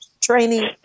training